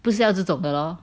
不是要这种的咯